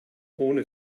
ohne